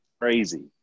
Crazy